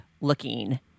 looking